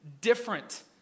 different